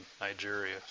Nigeria